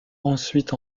ensuite